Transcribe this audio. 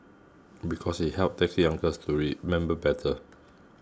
because it helps taxi uncles to remember better